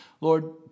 Lord